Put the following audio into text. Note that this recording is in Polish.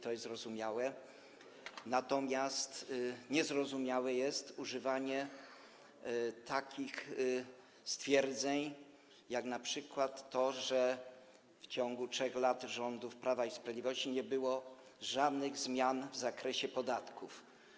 To jest zrozumiałe, natomiast niezrozumiałe jest używanie takich np. stwierdzeń, że w ciągu 3 lat rządów Prawa i Sprawiedliwości nie było żadnych zmian w zakresie podatków.